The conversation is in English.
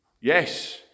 yes